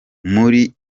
muri